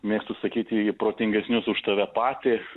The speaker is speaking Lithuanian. mėgstu sakyti į protingesnius už tave patys